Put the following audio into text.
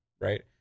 right